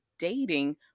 dating